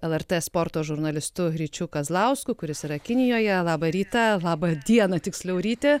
lrt sporto žurnalistu ryčiu kazlausku kuris yra kinijoje labą rytą laba diena tiksliau ryti